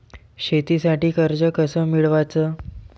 शेतीसाठी कर्ज कस मिळवाच?